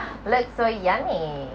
that's so yummy